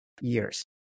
years